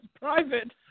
private